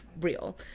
real